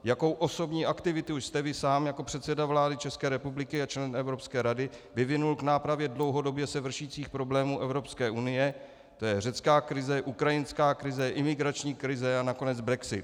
Jakou osobní aktivitu jste vy sám jako předseda vlády České republiky a člen Evropské rady vyvinul k nápravě dlouhodobě se vršících problémů Evropské unie, tj. řecká krize, ukrajinská krize, imigrační krize a nakonec brexit?